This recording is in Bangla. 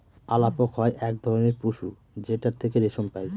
আলাপক হয় এক ধরনের পশু যেটার থেকে রেশম পাই